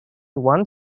one